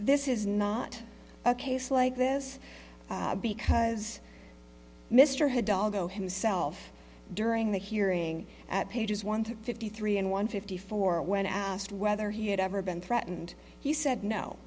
this is not a case like this because mr had doggo himself during the hearing at pages one to fifty three and one fifty four when asked whether he had ever been threatened he said no